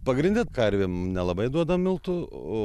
pagrinde karvėm nelabai duodam miltų o